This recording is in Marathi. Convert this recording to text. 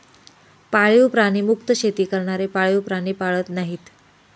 पाळीव प्राणी मुक्त शेती करणारे पाळीव प्राणी पाळत नाहीत